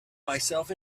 myself